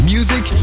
Music